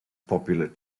popular